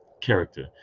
character